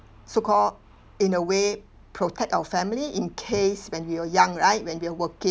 so call in a way protect our family in case when we were young right when we were working